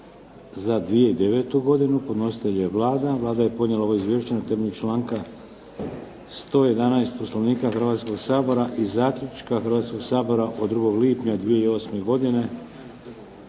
za 2009. godinu Podnositelj je Vlada. Vlada je podnijela ovo izvješće na temelju članka 111. Poslovnika Hrvatskog sabora i zaključka Hrvatskog sabora od 2. lipnja 2008. godine.